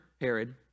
Herod